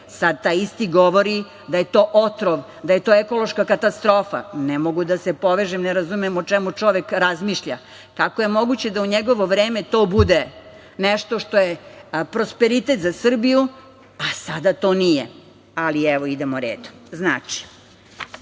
Sad taj isti govori da je to otrov, da je to ekološka katastrofa. Ne mogu da se povežem, ne razumem o čemu čovek razmišlja. Kako je moguće da u njegovo vreme to bude nešto što je prosperitet za Srbiju, a sada to nije? Ali, idemo redom.S obzirom